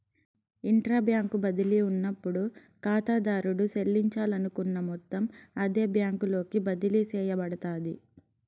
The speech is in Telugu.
ఇంట్రా బ్యాంకు బదిలీ ఉన్నప్పుడు కాతాదారుడు సెల్లించాలనుకున్న మొత్తం అదే బ్యాంకులోకి బదిలీ సేయబడతాది